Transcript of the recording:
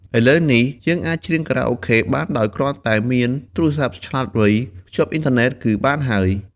ឥឡូវនេះយើងអាចច្រៀងខារ៉ាអូខេបានដោយគ្រាន់តែមានទូរទស្សន៍ឆ្លាតវៃ ភ្ជាប់អ៊ីនធឺណិតគឺបានហើយ។